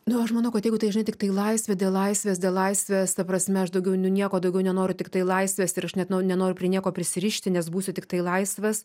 nu aš manau kad jeigu tai žinai tiktai laisvė dėl laisvės dėl laisvės ta prasme aš daugiau nu nieko daugiau nenoriu tiktai laisvės ir aš net nu nenoriu prie nieko prisirišti nes būsiu tiktai laisvas